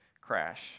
crash